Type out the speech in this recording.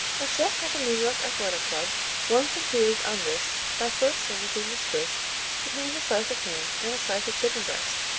a chef at the new york athletic club once improved on this by first sandwiching the swiss between a slice of ham and a slice of chicken breast,